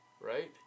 right